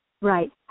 Right